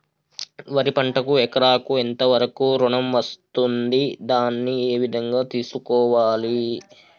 వరి పంటకు ఎకరాకు ఎంత వరకు ఋణం వస్తుంది దాన్ని ఏ విధంగా తెలుసుకోవాలి?